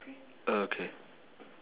okay